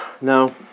No